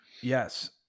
Yes